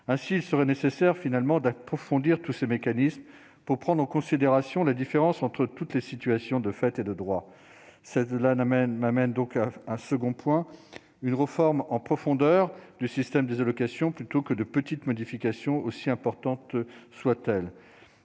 ainsi, il serait nécessaire, finalement, d'approfondir tous ces mécanismes pour prendre en considération la différence entre toutes les situations de fait et de droit cette-là n'amène m'amène donc un second point une réforme en profondeur du système des allocations, plutôt que de petites modifications, aussi importantes soient-elles,